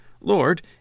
Lord